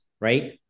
right